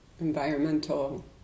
environmental